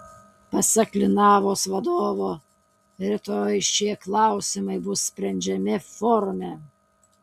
pasak linavos vadovo rytoj šie klausimai bus sprendžiami forume